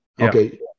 Okay